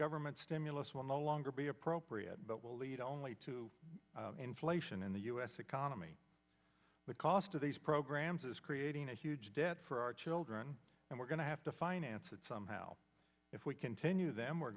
government stimulus will no longer be appropriate but will lead only to inflation in the u s economy the cost of these programs is creating a huge debt for our children and we're going to have to finance that somehow if we continue them we're